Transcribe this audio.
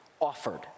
offered